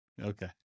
Okay